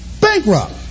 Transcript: bankrupt